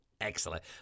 excellent